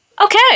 Okay